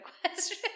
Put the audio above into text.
question